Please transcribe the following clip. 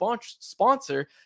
sponsor